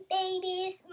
babies